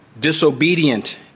disobedient